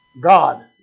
God